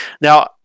Now